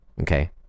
Okay